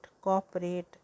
cooperate